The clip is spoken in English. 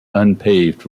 unpaved